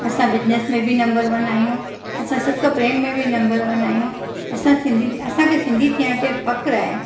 असां बिजनेस में बि नंबर वन आहियूं असां सिकु प्रेम में बि नंबर वन आहियूं असां सिंधी असांखे सिंधी थियण ते फ़ख़्रु आहे